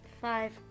Five